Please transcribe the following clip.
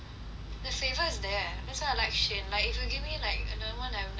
the flavour is there that's why I like Shin like if you give me like another one I'm like err